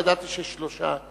לא ידעתי ששלושה.